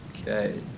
Okay